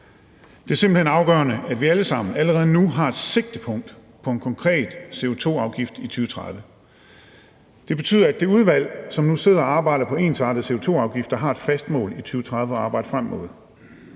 Det er simpelt hen afgørende, at vi alle sammen allerede nu har et sigtepunkt på en konkret CO2-afgift i 2030. Det betyder, at det udvalg, som nu sidder og arbejder på ensartede CO2-afgifter, har et fast mål i 2030 at arbejde frem imod,